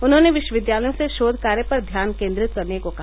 उन्होंने विश्वविद्यालयों से शोध कार्य पर ध्यान केन्द्रित करने को कहा